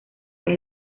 era